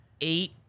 eight